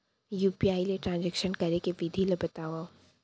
UPI ले transaction करे के विधि ला बतावव?